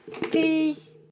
Peace